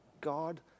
God